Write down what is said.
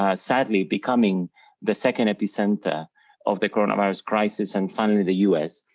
ah sadly becoming the second epicenter of the coronavirus crisis and finally the u s.